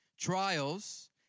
trials